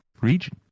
region